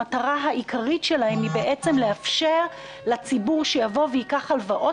המטרה העיקרית שלהן היא לאפשר לציבור שייקח הלוואות,